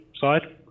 side